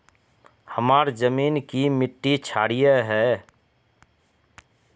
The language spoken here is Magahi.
हमार जमीन की मिट्टी क्षारीय है?